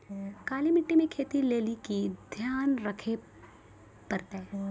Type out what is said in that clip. काली मिट्टी मे खेती लेली की ध्यान रखे परतै?